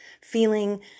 feeling